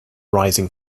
rising